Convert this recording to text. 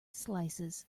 slices